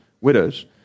widows